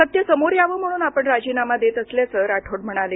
सत्य समोर यावं म्हणून आपण राजीनामा देत असल्याचं राठोड म्हणाले